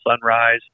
Sunrise